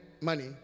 money